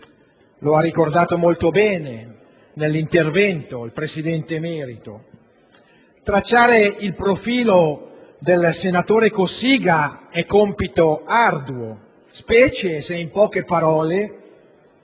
lo ha ricordato molto bene nell'intervento il Presidente emerito. Tracciare il profilo del senatore Cossiga è compito arduo, specie se in poche parole